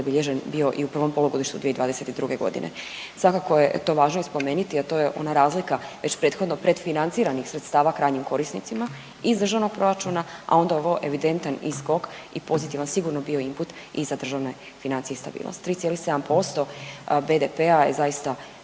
zabilježen bio i u prvom polugodištu 2022. godine. Svakako je to važno spomeniti, a to je ona razlika već prethodno predfinanciranih sredstava krajnjim korisnicima iz Državnog proračuna, a onda ovo evidentan i skok i pozitivan sigurno bio input i za državne financije i stabilnost. 3,7% BDP-a je zaista